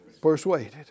persuaded